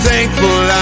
Thankful